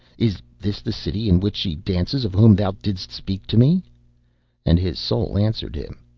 is this the city in which she dances of whom thou didst speak to me and his soul answered him,